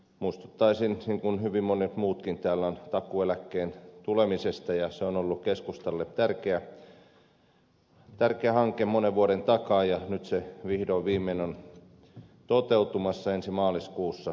muistuttaisin niin kuin hyvin monet muutkin täällä takuueläkkeen tulemisesta ja se on ollut keskustalle tärkeä hanke monen vuoden takaa ja nyt se vihdoin viimein on toteutumassa ensi maaliskuussa